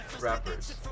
rappers